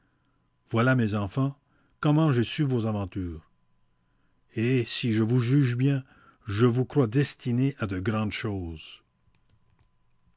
voilà mes enfans comment j'ai su vos aventures et si je juge bien je vous crois destinés à de grandes choses